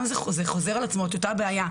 רבים שמספרים לי על אותה בעיה,